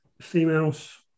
females